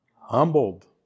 Humbled